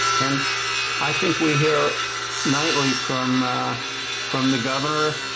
and i think we hear nightly from from the governor